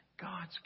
God's